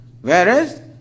Whereas